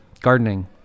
gardening